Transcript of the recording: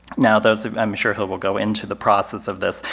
now those of i'm sure he will go into the process of this,